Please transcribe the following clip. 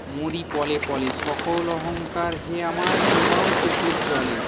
মরি পলে পলে সকল অহংকার হে আমায় ডুবাও চোখের জলে